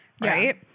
Right